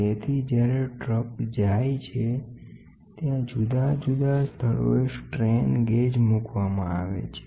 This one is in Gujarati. તેથી વેઇંગ બ્રીજ્સમાં જ્યારે ટ્રક જાય છે ત્યાં વેઇંગ બ્રીજ અને લોડ પર જુદા જુદા સ્થળોએ સ્ટ્રેન ગેજ મૂકવામાં આવે છે